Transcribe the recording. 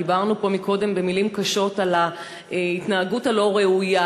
דיברנו פה קודם במילים קשות על ההתנהגות הלא-ראויה,